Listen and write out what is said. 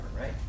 right